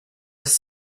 was